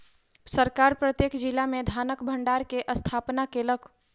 सरकार प्रत्येक जिला में धानक भण्डार के स्थापना केलक